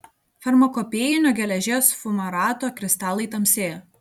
farmakopėjinio geležies fumarato kristalai tamsėja